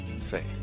faith